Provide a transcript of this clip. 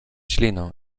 ślinę